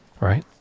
Right